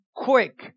Quick